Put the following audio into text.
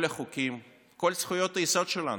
כל החוקים, כל זכויות היסוד שלנו,